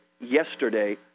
yesterday